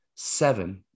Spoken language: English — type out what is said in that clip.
seven